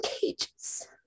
cages